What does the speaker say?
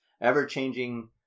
ever-changing